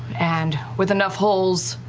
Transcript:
and with enough holes,